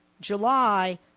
July